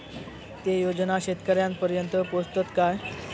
ते योजना शेतकऱ्यानपर्यंत पोचतत काय?